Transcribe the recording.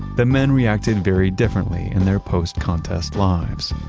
the men reacted very differently in their post-contest lives.